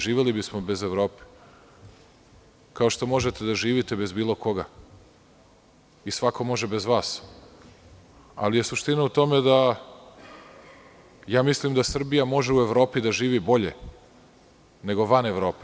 Živeli bismo bez Evrope, kao što možete da živite bez koga i svako može bez vas, ali je suština u tome da mislim da Srbija može u Evropi da živi bolje, nego van Evrope.